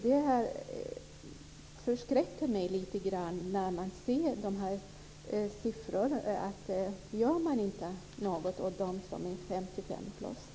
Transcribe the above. Det förskräcker mig lite grann när jag ser dessa siffror. Gör man inte något åt dem som är 55-plus?